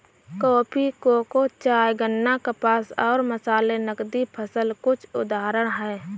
coffee, cocoa, चाय, गन्ना, कपास और मसाले नकदी फसल के कुछ उदाहरण हैं